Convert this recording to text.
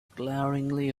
glaringly